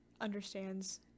understands